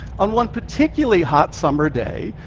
on one particularly hot summer day,